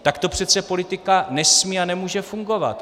Takto přece politika nesmí a nemůže fungovat.